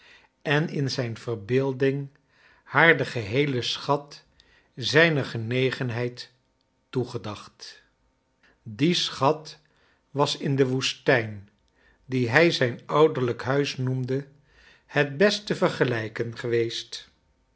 en in zijn verbeelding haar den geheelen schat zrjner genegenheid toegedacht die schat was in de woestijn die hij zijn ouderlijk huis noemde het best te vergelijken geweest